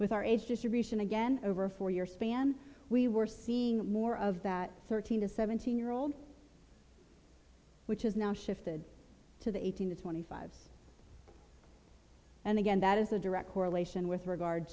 with our age distribution again over four your span we were seeing more of that thirteen to seventeen year old which has now shifted to the eighteen to twenty five's and again that is a direct correlation with regard